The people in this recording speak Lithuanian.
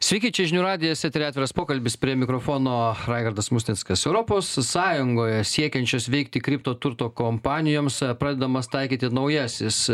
sveiki čia žinių radijas eteryje atviras pokalbis prie mikrofono raigardas musnickas europos sąjungoje siekiančios veikti kripto turto kompanijoms pradedamas taikyti naujasis